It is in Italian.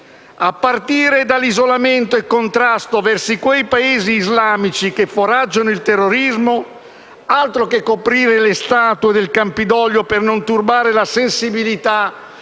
partire dall'isolamento e dal contrasto di quei Paesi islamici che foraggiano il terrorismo, altro che coprire le statue del Campidoglio per non turbare la sensibilità